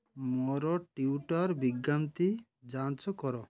ମୋର ଟ୍ୱିଟର୍ ବିଜ୍ଞପ୍ତି ଯାଞ୍ଚ କର